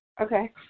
okay